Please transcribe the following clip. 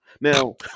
Now